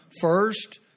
first